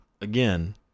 again